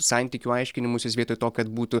santykių aiškinimusis vietoj to kad būtų